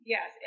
Yes